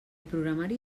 programari